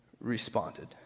responded